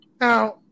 Now